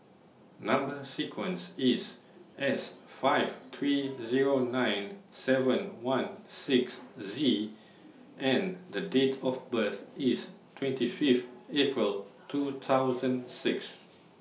Number sequence IS S five three Zero nine seven one six Z and The Date of birth IS twenty Fifth April two thousand six